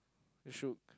you should